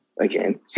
again